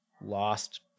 lost